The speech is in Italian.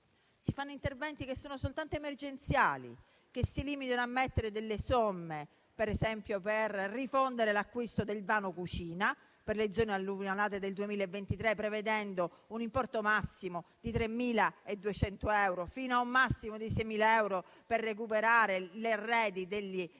si fanno interventi soltanto emergenziali che si limitano a mettere delle somme, per esempio, per rifondere l'acquisto del vano cucina per le zone alluvionate del 2023, prevedendo un importo di 3.200 euro fino a un massimo di 6.000 euro per recuperare gli arredi degli appartamenti